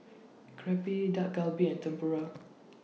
Crepe Dak Galbi and Tempura